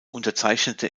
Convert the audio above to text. unterzeichnete